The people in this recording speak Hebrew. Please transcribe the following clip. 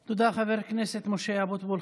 תודה, חבר הכנסת משה אבוטבול.